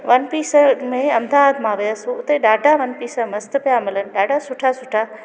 one piece में अहमदाबाद मां वियसि उते ॾाढा वन पीस मस्तु पिया मिलनि ॾाढा सुठा सुठा